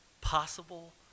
possible